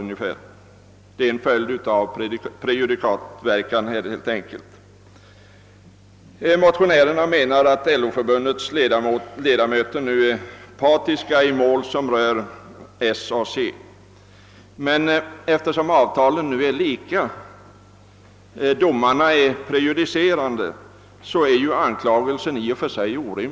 Detta är helt enkelt en följd av prejudikatverkan. Motionärerna menar att LO-förbundens ledamöter är partiska i mål som rör SAC. Eftersom avtalen är lika och domarna är prejudicerande är anklagelsen orimlig.